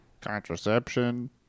contraception